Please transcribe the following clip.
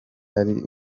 ari